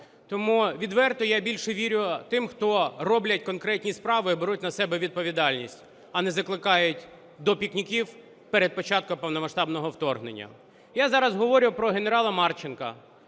Тому відверто я більше вірю тим, хто роблять конкретні справи і беруть на себе відповідальність, а не закликають до пікніків перед початком повномасштабного вторгнення. Я зараз говорю про генерала Марченка,